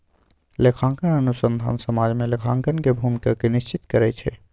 लेखांकन अनुसंधान समाज में लेखांकन के भूमिका के निश्चित करइ छै